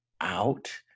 out